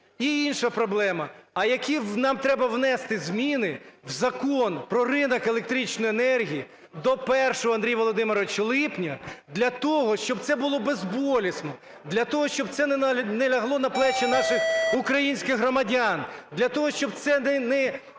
І інша проблема. А які нам треба внести зміни в Закон "Про ринок електричної енергії" до 1-го, Андрій Володимирович, липня для того, щоб це було безболісно, для того, щоб це не лягло на плечі наших українських громадян. Для того, щоб це не